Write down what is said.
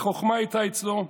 החוכמה אצלו הייתה,